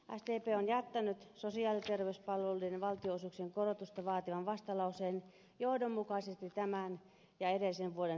sdp on jättänyt sosiaali ja terveyspalveluiden valtionosuuksien korotusta vaativan vastalauseen johdonmukaisesti tämän ja edellisen vuoden budjetteihin